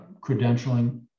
credentialing